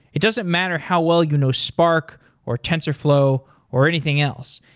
it doesn't matter how well you know spark or tensorflow or anything else.